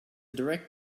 direct